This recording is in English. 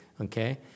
okay